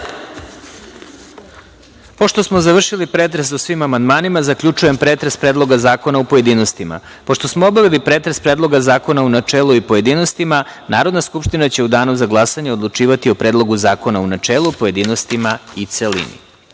Pošto smo završili pretres o svim amandmanima, zaključujem pretres Predloga zakona u pojedinostima. Pošto smo obavili pretres Predloga zakona u načelu i u pojedinostima, Narodna skupština će u danu za glasanje odlučivati o Predlogu zakona u načelu, pojedinostima i